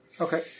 Okay